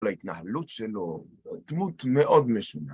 להתנחלות שלו, דמות מאוד משונה.